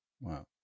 Wow